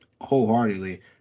wholeheartedly